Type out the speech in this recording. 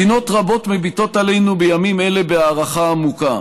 מדינות רבות מביטות עלינו בימים אלה בהערכה עמוקה,